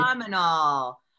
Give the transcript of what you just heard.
Phenomenal